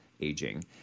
aging